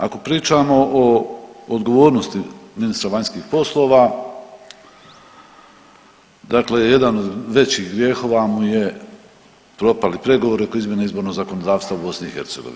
Ako pričamo o odgovornosti ministra vanjskih poslova, dakle jedan od većih grijehova mu je popali pregovori oko izmjene izbornog zakonodavstva u BiH.